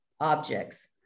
objects